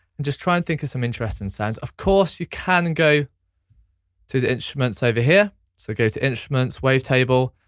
and just try and think of some interesting sounds. of course you can go to the instruments over here. so go to instruments, wave table,